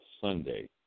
Sunday